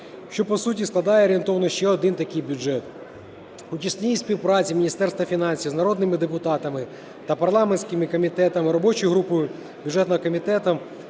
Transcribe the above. що по суті складає орієнтовно ще один такий бюджет. У тісній співпраці Міністерства фінансів з народними депутатами та парламентськими комітетами робочою групою бюджетного комітету